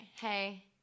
hey